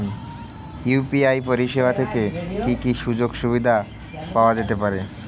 UPI পরিষেবা থেকে কি কি সুযোগ সুবিধা পাওয়া যেতে পারে?